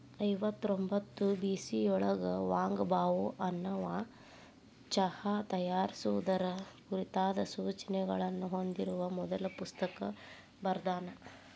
ಐವತ್ತರೊಂಭತ್ತು ಬಿಸಿಯೊಳಗ Wang Bao ಅನ್ನವಾ ಚಹಾ ತಯಾರಿಸುವುದರ ಕುರಿತಾದ ಸೂಚನೆಗಳನ್ನ ಹೊಂದಿರುವ ಮೊದಲ ಪುಸ್ತಕ ಬರ್ದಾನ